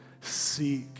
seek